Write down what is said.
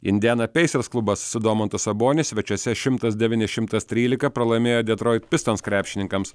indijana peisers klubas su domantu sabonis svečiuose šimtas devyni šimtas trylika pralaimėjo detroit pistons krepšininkams